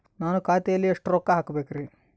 ನಾನು ಖಾತೆಯಲ್ಲಿ ಎಷ್ಟು ರೊಕ್ಕ ಹಾಕಬೇಕ್ರಿ?